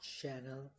channel